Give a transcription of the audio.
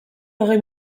hogei